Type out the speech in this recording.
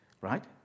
right